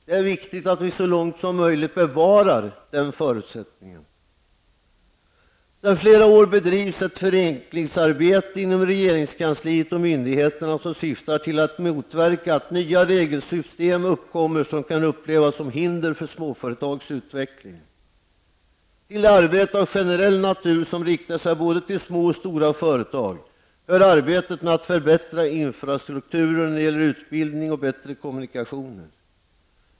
Det är viktigt att vi så långt möjligt bevarar den grunden. Sedan flera år tillbaka sker ett förenklingsarbete inom regeringskansliet och myndigheterna som syftar till att motverka att nya regelsystem uppkommer vilka kan upplevas som hinder för småföretags utveckling. Till det arbete av generell natur som riktar sig både till små och stora företag hör arbetet med att förbättra infrastrukturen när det gäller utbildning och bättre kommunikationer.